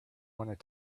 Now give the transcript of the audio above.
want